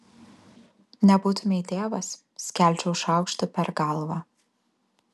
nebūtumei tėvas skelčiau šaukštu per galvą